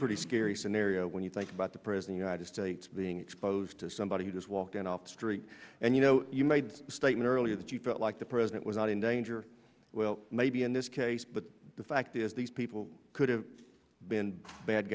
pretty scary scenario when you think about the present united states being exposed to somebody who just walked in off the street and you know you made a statement earlier that you felt like the president was not in danger maybe in this case but the fact is these people could have been bad